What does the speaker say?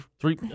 three